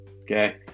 okay